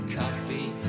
coffee